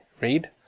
read